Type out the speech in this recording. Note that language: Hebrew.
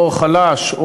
או חלש,